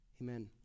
Amen